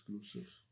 exclusive